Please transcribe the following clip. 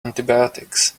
antibiotics